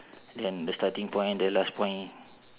then the starting point the last point